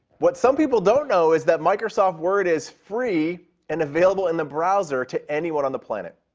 what some people don't know is that microsoft word is free and available in the browser to anyone on the planet.